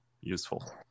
useful